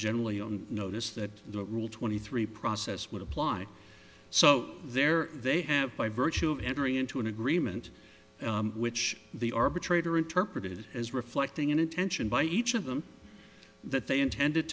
generally on notice that the rule twenty three process would apply so there they have by virtue of entering into an agreement which the arbitrator interpreted as reflecting an intention by each of them that they intended